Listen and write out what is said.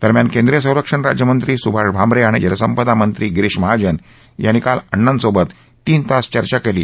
दरम्यान केंद्रीय संरक्षण राज्यमंत्री सुभाष भामरे आणि जलसंपदा मंत्री गिरीश महाजन यांनी काल अण्णांसोबत तीन तास चर्चा केली